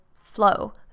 flow